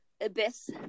abyss